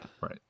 Right